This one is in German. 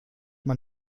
man